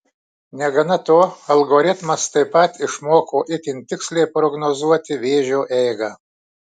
negana to algoritmas taip pat išmoko itin tiksliai prognozuoti vėžio eigą